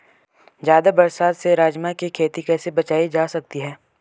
ज़्यादा बरसात से राजमा की खेती कैसी बचायी जा सकती है?